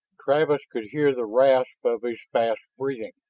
travis could hear the rasp of his fast breathing.